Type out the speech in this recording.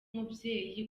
mubyeyi